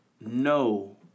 no